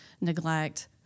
neglect